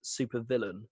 supervillain